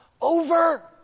over